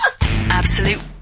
Absolute